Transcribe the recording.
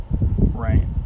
right